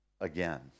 Again